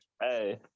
Hey